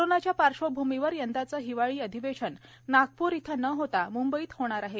कोरोनाच्या पार्श्वभूमीवर यंदाचं हिवाळी अधिवेशन नागपूर इथं न होता मुंबईतच होणार आहे